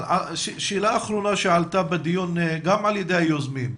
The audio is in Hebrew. שאלה אחרונה שעלתה בדיון גם על ידי היוזמים.